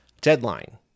Deadline